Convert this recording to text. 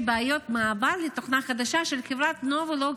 בעיות מעבר לתוכנה חדשה של חברת נובולוג,